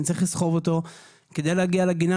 אני צריך לסחוב אותו כדי להגיע לגינה.